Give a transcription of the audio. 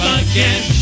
again